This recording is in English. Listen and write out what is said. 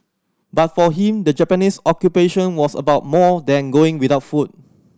but for him the Japanese Occupation was about more than going without food